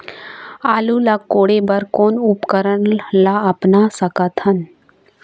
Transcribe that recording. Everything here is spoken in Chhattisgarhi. आलू ला कोड़े बर कोन उपकरण ला अपना सकथन?